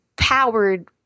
powered